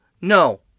No